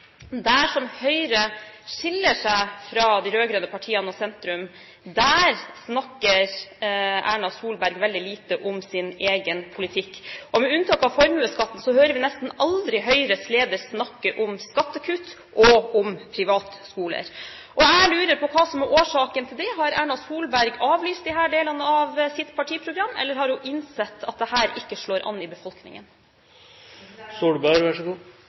der skapes de inntektene vi i neste omgang skal fordele. Der Høyre skiller seg fra de rød-grønne partiene og sentrum, snakker Erna Solberg veldig lite om sin egen politikk. Med unntak av formuesskatten hører vi nesten aldri Høyres leder snakke om skattekutt og om privatskoler. Jeg lurer på hva som er årsaken til det. Har Erna Solberg avlyst disse delene av sitt partiprogram, eller har hun innsett at dette ikke slår an i befolkningen?